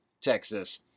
Texas